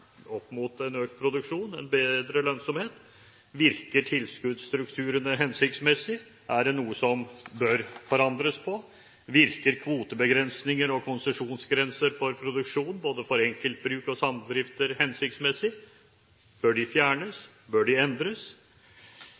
opp mot en økt produksjon, en bedre lønnsomhet. Virker tilskuddsstrukturene hensiktsmessig? Er det noe som bør forandres på? Virker kvotebegrensninger og konsesjonsgrenser for produksjon både for enkeltbruk og samdrifter hensiktsmessig? Bør de fjernes, bør de endres?